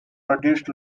produced